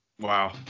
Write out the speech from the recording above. wow